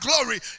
glory